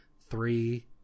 Three